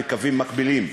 בקווים מקבילים.